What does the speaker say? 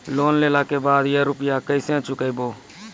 Loan लेला के बाद या रुपिया केसे चुकायाबो?